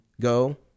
Go